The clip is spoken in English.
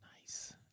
Nice